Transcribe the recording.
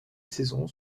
saison